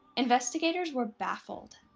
investigators were baffled.